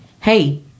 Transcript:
hey